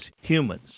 humans